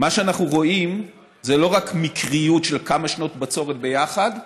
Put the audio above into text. מה שאנחנו רואים זה לא רק מקריות של כמה שנות בצורת ביחד,